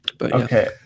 Okay